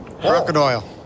Crocodile